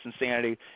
insanity